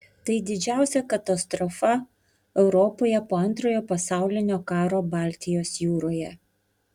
tai didžiausia katastrofa europoje po antrojo pasaulinio karo baltijos jūroje